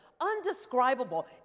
undescribable